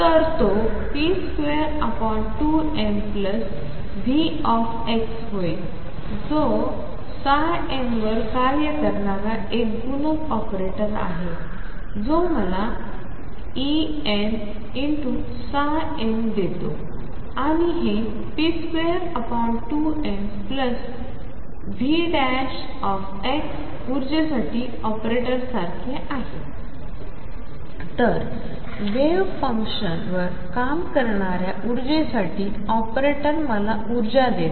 तर तो p22mV होईल जोn वर कार्य करणारा एक गुणक ऑपरेटर आहे जो मला Enn देतो आणि हे p22mVx उर्जेसाठी ऑपरेटरसारखे आहे तर वेव्ह फंक्शनवर काम करणाऱ्या ऊर्जेसाठी ऑपरेटर मला ऊर्जा देते